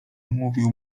mówił